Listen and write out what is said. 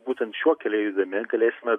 būtent šiuo keliu eidami galėsime